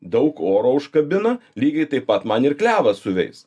daug oro užkabina lygiai taip pat man ir klevas suveis